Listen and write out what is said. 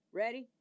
ready